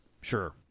Sure